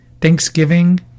Thanksgiving